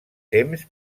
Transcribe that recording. temps